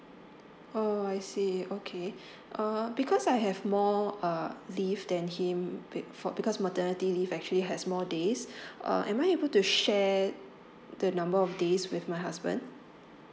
oh I see okay uh because I have more uh leave than him paid for because maternity leave actually has more days uh am I able to share the number of days with my husband